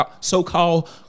so-called